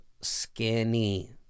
skinny